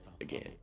again